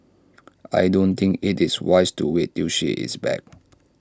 I don't think IT is wise to wait till she is back